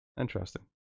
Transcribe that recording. Interesting